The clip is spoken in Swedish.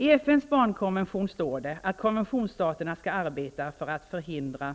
I FN:s barnkonvention står det att konventionsstaterna skall arbeta för att förhindra